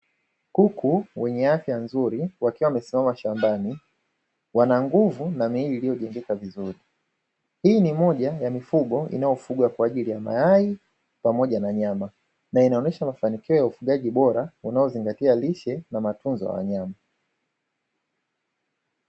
Kuku wenye afya nzuri wakiwa wamesimama shambani wana nguvu, na miili iliyojengeka vizuri hii ni moja ya mifugo, inayofugwa kwa ajili ya mayai pamoja na nyama na. inaonyesha mafanikio ya ufugaji bora unaozingatia lishe na matunzo ya wanyama.